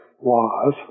laws